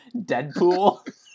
Deadpool